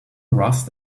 rust